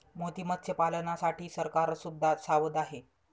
मोती मत्स्यपालनासाठी सरकार सुद्धा सावध आहे